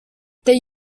they